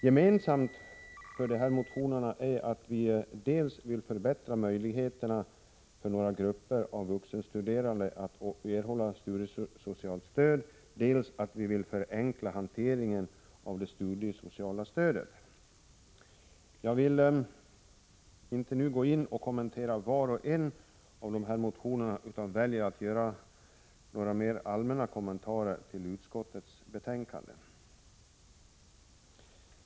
Gemensamt för dessa motioner är dels att vi vill förbättra möjligheterna för några grupper av vuxenstuderande att erhålla studiesocialt stöd, dels att vi vill förenkla hanteringen av det studiesociala stödet. Jag vill inte nu gå in och kommentera var och en av motionerna utan väljer att göra några mer allmänna kommentarer till utskottets betänkande.